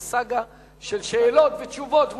אני לא מתכוון לעשות פה איזה סאגה של שאלות ותשובות,